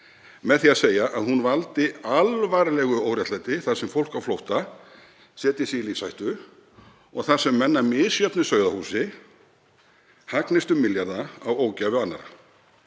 með því að segja að hún valdi alvarlegu óréttlæti þar sem fólk á flótta setji sig í lífshættu og þar sem menn af misjöfnu sauðahúsi hagnist um milljarða á ógæfu annarra.